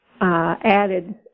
added